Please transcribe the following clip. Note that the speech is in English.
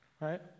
right